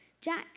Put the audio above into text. Jack